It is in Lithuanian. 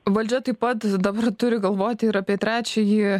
valdžia taip pat dabar turi galvoti ir apie trečiąjį